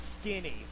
skinny